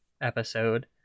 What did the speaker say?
episode